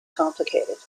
complicated